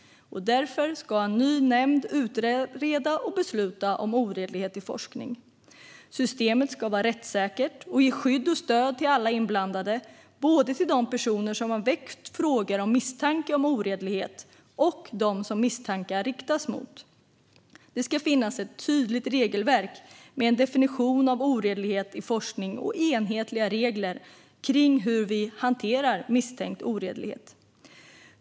Därför ska en ny nämnd utreda och besluta om oredlighet i forskning. Systemet ska vara rättssäkert och ge skydd och stöd till alla inblandade, både till de personer som har väckt frågor om misstanke om oredlighet och till dem mot vilka misstankar riktas. Det ska finnas ett tydligt regelverk med en definition av oredlighet i forskning och enhetliga regler kring hur vi hanterar misstänkt oredlighet.